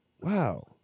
Wow